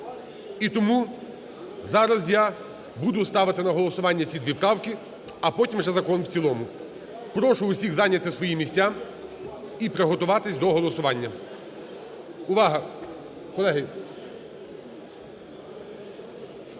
І тому зараз я буду ставити на голосування ці дві правки, а потім вже закон в цілому. Прошу усіх зайняти свої місця і приготуватись до голосування. Увага, колеги!